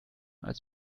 als